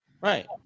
Right